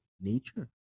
nature